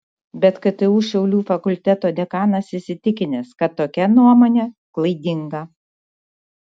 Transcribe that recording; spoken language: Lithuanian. bet ktu šiaulių fakulteto dekanas įsitikinęs kad tokia nuomonė klaidinga